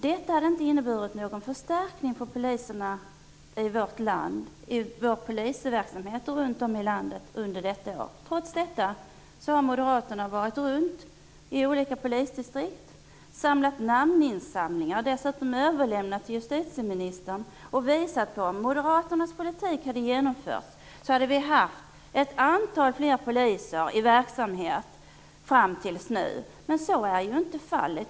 Detta har inte inneburit någon förstärkning för polisverksamheten i vårt land under detta år. Trots detta har moderaterna varit runt i olika polisdistrikt och samlat namn som överlämnats till justitieministern för att visa att om moderaternas politik hade genomförts hade vi haft ett antal fler poliser i verksamhet fram tills nu. Men så är inte fallet.